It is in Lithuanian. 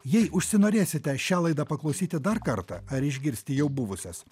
jei užsinorėsite šią laidą paklausyti dar kartą ar išgirsti jau buvusias